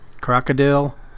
Crocodile